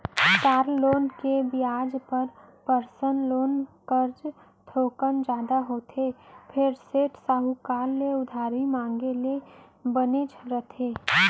car loan के बियाज ह पर्सनल लोन कस थोकन जादा होथे फेर सेठ, साहूकार ले उधारी मांगे ले बनेच रथे